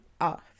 off